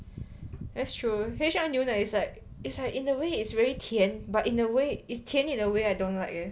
that's true H_L 牛奶 it's like it's like in a way it's very 甜 but in a way it's 甜 in a way I don't like leh